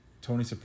Tony